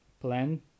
plan